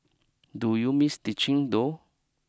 do you miss teaching though